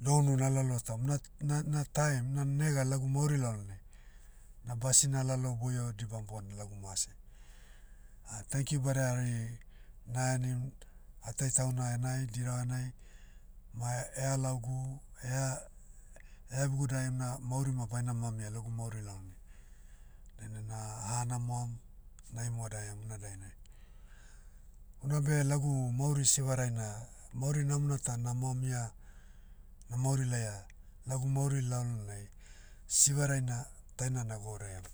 dounu na laloa taum na- na- na taim, na nega lagu mauri lalonai, na basina lalo boio dibam bona lagu mase. thankyou bada hari, nahenim, atai tauna enai diravenai, ma ealaogu, ea- eabigu dae na mauri ma baina mamia lagu mauri lalnai. Dainai na, hanamoam, na imodaiam una dainai. Unabe lagu mauri sivaraina, mauri namona ta namamia, na mauri laia, lagu mauri lalonai, sivaraina, taina na gwauraiam.